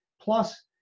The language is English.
Plus